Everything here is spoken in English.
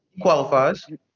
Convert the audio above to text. qualifies